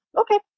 Okay